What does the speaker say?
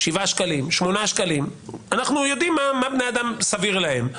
אנחנו יודעים מה בני אדם סביר להם.